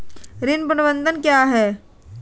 ऋण प्रबंधन क्या है?